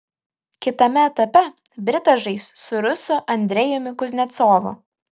kitame etape britas žais su rusu andrejumi kuznecovu